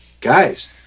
guys